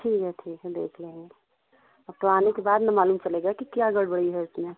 ठीक है ठीक है देख लेंगे अब तो आने के बाद ना मालूम चलेगा कि क्या गड़बड़ी है उसमें